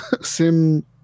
sim